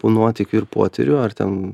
nuotykių ir potyrių ar ten